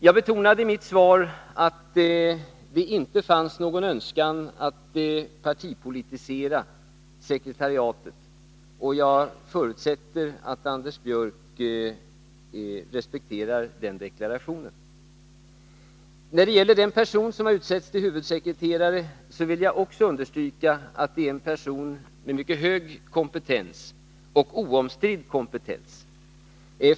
Jag betonade i mitt svar att det inte fanns någon önskan att partipolitisera sekretariatet. Jag förutsätter att Anders Björck respekterar den deklarationen. När det gäller den person som har utsetts till huvudsekreterare vill jag också understryka att det är en person med mycket hög — och oomstridd — kompetens.